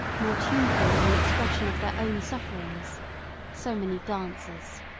more tuneful in the expression of their own sufferings so many dancers.